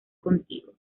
contigo